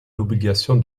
l’obligation